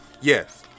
Yes